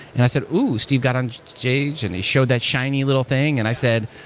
and i said, ooh! steve got on stage and he showed that shiny little thing and i said,